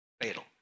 fatal